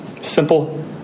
Simple